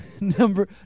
Number